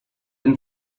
been